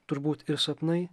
turbūt ir sapnai